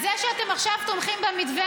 אז זה שאתם עכשיו תומכים במתווה,